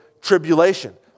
tribulation